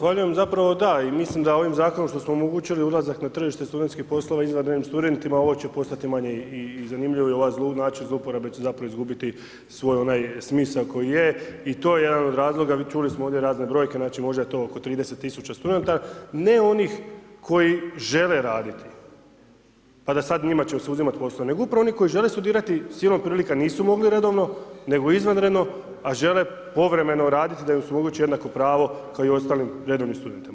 Zahvaljujem, zapravo da i mislim da ovim zakonom što smo omogućili ulazak na tržište studenskih poslova izvanrednim studentima ovo će postati manje i zanimljivo i ovaj način zlouporabe će zapravo izgubiti svoj onaj smisao koji je, i to je jedan od razloga, čuli smo ovdje razne brojke znači možda je to oko 30 tisuća studenta, ne onih koji žele raditi, pa da sad njima će se oduzimati posto, nego upravo oni koji žele studirati silom prilika nisu mogli redovno, nego izvanredno a žele povremeno radit da im omogući jednako pravo kao i ostalim redovnim studentima.